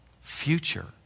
future